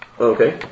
Okay